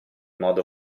modo